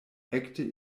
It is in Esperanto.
ekde